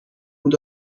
بود